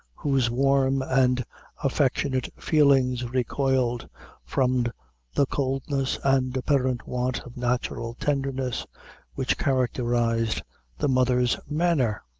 whose warm and affectionate feelings recoiled from the coldness and apparent want of natural tenderness which characterized the mother's manner,